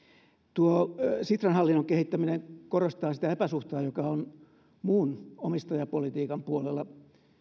tuo sitran hallinnon kehittäminen korostaa sitä epäsuhtaa joka on muun omistajapolitiikan puolella